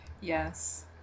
yes